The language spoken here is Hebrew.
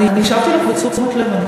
אני הקשבתי לך בתשומת לב.